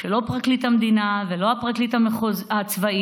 שלא פרקליט המדינה ולא הפרקליט הצבאי,